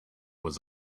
was